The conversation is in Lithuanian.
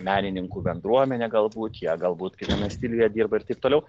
menininkų bendruomenė galbūt jie galbūt kitame stiliuje dirba ir taip toliau